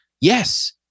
Yes